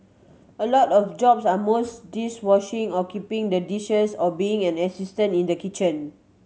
a lot of jobs are mostly dish washing or keeping the dishes or being an assistant in the kitchen